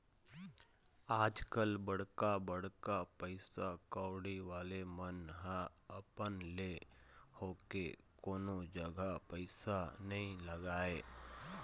आजकल बड़का बड़का पइसा कउड़ी वाले मन ह अपन ले होके कोनो जघा पइसा नइ लगाय